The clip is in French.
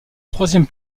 troisième